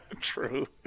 True